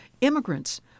immigrants